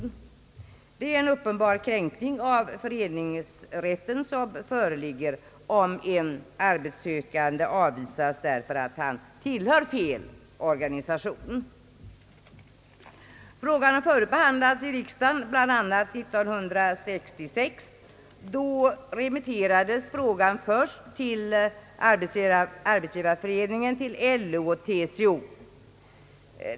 Det föreligger en uppenbar kränkning av föreningsrätten, om en arbetssökande avvisas därför att han tillhör »fel» organisation. Frågan har tidigare behandlats i riksdagen, bl.a. år 1966. Då remitterades den till Arbetsgivareföreningen, till LO och TCO.